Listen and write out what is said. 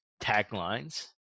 taglines